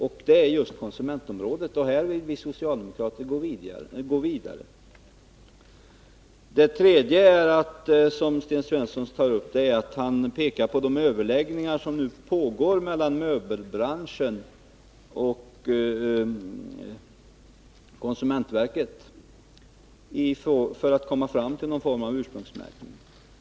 Det gäller just på konsumentområdet, och här vill vi socialdemokrater gå vidare. Sten Svensson pekar vidare på de överläggningar som nu pågår mellan möbelbranschen och konsumentverket för att komma fram till någon form av ursprungsmärkning.